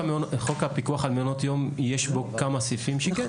חוק הפיקוח על מעונות יום, יש בו כמה סעיפים שכן.